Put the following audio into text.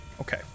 okay